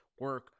Work